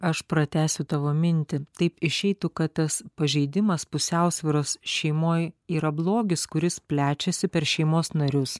aš pratęsiu tavo mintį taip išeitų kad tas pažeidimas pusiausvyros šeimoj yra blogis kuris plečiasi per šeimos narius